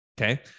okay